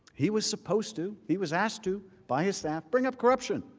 he was supposed to, he was asked to by his staff. bringup corruption.